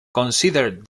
considered